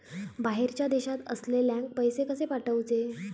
बाहेरच्या देशात असलेल्याक पैसे कसे पाठवचे?